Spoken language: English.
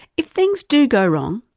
if things do go wrong,